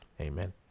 Amen